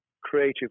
creative